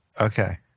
Okay